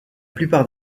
plupart